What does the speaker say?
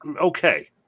okay